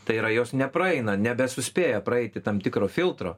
tai yra jos nepraeina nebesuspėja praeiti tam tikro filtro